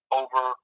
over